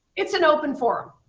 it's an open forum.